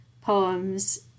poems